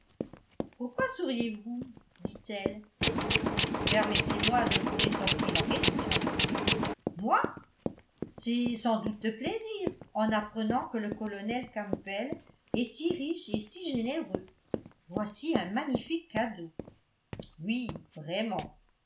pourquoi souriez-vous dit-elle permettez-moi de vous rétorquer la question moi c'est sans doute de plaisir en apprenant que le colonel campbell est si riche et si généreux voici un magnifique cadeau oui vraiment